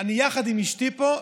אני יחד עם אשתי פה,